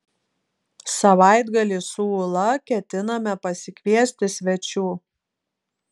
savaitgalį su ūla ketiname pasikviesti svečių